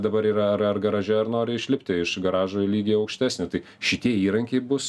dabar yra ar ar garaže ar nori išlipti iš garažo į lygį aukštesnį tai šitie įrankiai bus